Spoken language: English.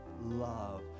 love